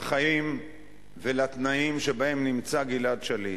לחיים ולתנאים שבהם נמצא גלעד שליט.